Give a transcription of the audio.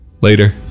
Later